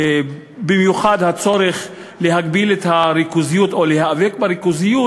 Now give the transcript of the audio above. במיוחד הצורך להגביל את הריכוזיות או להיאבק בריכוזיות,